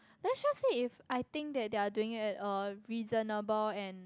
then shows it if I think that they're doing it at a reasonable and